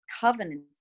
covenants